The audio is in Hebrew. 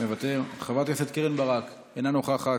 מוותר, חברת הכנסת קרן ברק, אינה נוכחת,